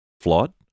flawed